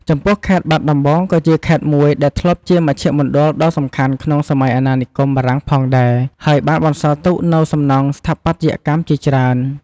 ចំពោះខេត្តបាត់ដំបងក៏ជាខេត្តមួយដែលធ្លាប់ជាមជ្ឈមណ្ឌលដ៏សំខាន់ក្នុងសម័យអាណានិគមបារាំងផងដែរ ហើយបានបន្សល់ទុកនូវសំណង់ស្ថាបត្យកម្មជាច្រើន។